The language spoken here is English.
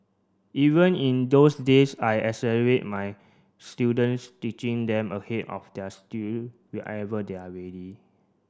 even in those days I accelerate my students teaching them ahead of their whenever they are ready